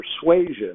persuasion